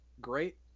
great